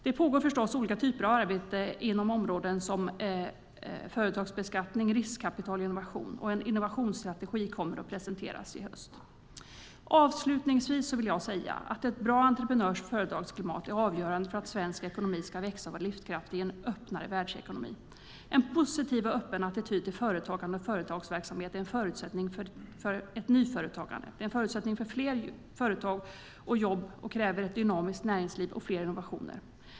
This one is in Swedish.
Det pågår förstås olika typer av arbeten inom områden som företagsbeskattning, riskkapital och innovation. En innovationsstrategi kommer att presenteras i höst. Avslutningsvis vill jag säga att ett bra entreprenörs och företagsklimat är avgörande för att svensk ekonomi ska växa och vara livskraftig i en öppnare världsekonomi. En positiv och öppen attityd till företagande och företagsverksamhet är en förutsättning för ett nyföretagande. Det är en förutsättning för fler företag och fler jobb och kräver ett dynamiskt näringsliv och fler innovationer.